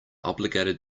obligated